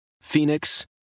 Phoenix